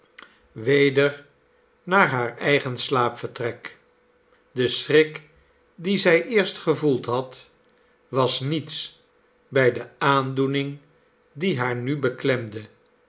ontroofd had haar eigen slaapvertrek de schrik dien zij eerst gevoeld had was niets bij de aandoening die haar nu beklemde